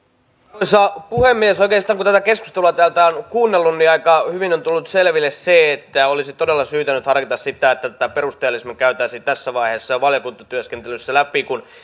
arvoisa puhemies oikeastaan kun tätä keskustelua täältä on kuunnellut niin aika hyvin on tullut selville se että olisi todella syytä nyt harkita sitä että tätä perusteellisemmin käytäisiin tässä vaiheessa jo valiokuntatyöskentelyssä läpi